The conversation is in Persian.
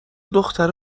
دختره